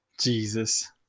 Jesus